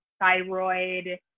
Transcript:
thyroid